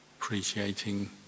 appreciating